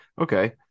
Okay